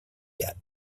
yet